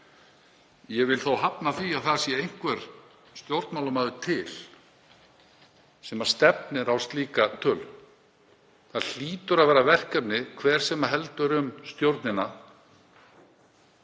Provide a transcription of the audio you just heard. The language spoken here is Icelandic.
Ég vil þó hafna því að það sé einhver stjórnmálamaður til sem stefnir á slíka tölu. Það hlýtur að vera verkefni hvers sem heldur um stjórnina